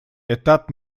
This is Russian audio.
этап